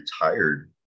retired